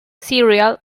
serial